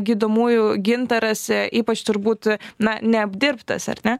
gydomųjų gintaras ypač turbūt na neapdirbtas ar ne